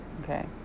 okay